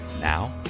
Now